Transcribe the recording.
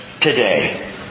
today